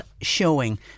showing